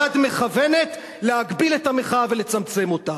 יד מכוונת להגביל את המחאה ולצמצם אותה.